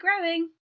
growing